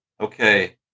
okay